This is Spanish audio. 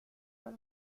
del